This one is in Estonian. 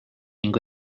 ning